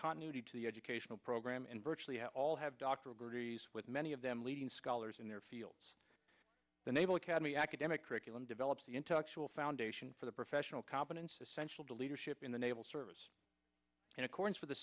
continuity to the educational program and virtually all have dr agrees with many of them leading scholars in their fields the naval academy academic curriculum develops the intellectual foundation for the professional competence essential to leadership in the naval service in accordance with the